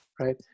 right